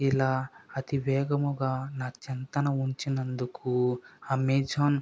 ఇలా అతివేగముగా నా చెంతన ఉంచినందుకు అమెజాన్